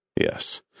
Yes